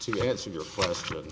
to answer your question